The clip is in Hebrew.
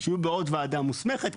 שיהיו בעוד וועדה מוסמכת,